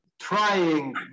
trying